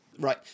Right